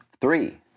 Three